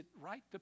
right